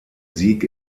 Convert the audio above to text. sieg